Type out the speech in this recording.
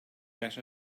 get